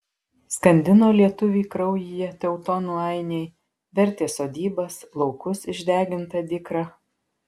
skandino lietuvį kraujyje teutonų ainiai vertė sodybas laukus išdeginta dykra